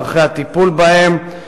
דרכי הטיפול בהם,